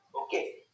okay